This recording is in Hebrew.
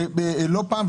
לא פעם,